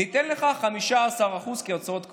ניתן לך 15% כהוצאות קבועות.